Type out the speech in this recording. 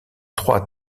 trois